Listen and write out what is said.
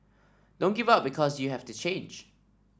don't give up because you have to change